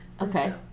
Okay